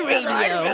Radio